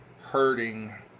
hurting